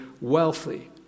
wealthy